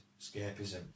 escapism